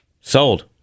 Sold